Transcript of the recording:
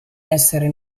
essere